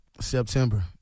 September